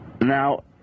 Now